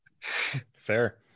Fair